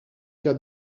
cas